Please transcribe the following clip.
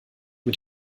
mit